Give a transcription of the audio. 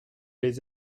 les